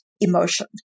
emotion